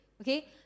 okay